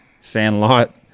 Sandlot